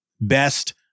best